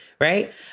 right